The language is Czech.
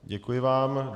Děkuji vám.